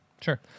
sure